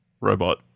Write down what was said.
robot